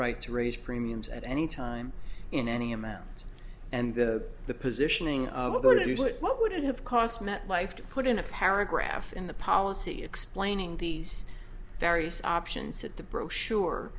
right to raise premiums at any time in any amount and the positioning of her to do it what would it have cost metlife to put in a paragraph in the policy explaining these various options that the brochure